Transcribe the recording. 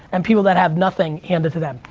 and people that have nothing handed to them.